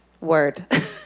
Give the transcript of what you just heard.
Word